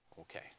Okay